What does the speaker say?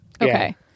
Okay